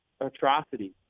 atrocities